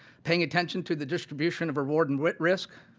paying attention to the distribution of reward and risk.